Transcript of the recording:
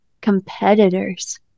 competitors